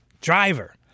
driver